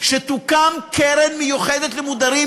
שתוקם קרן מיוחדת למודרים,